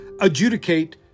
adjudicate